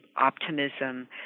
optimism